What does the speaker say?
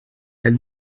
elle